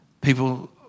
People